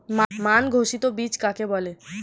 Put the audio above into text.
মান ঘোষিত বীজ কাকে বলে?